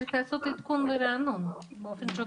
צריך לעשות עדכון ורענון באופן שוטף.